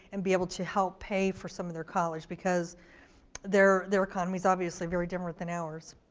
and be able to help pay for some of their college, because their their economy is obviously very different than ours.